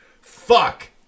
Fuck